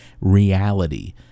reality